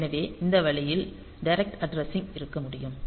எனவே இந்த வழியில் டிரெக்ட் அட்ரஸிங் இருக்க முடியும்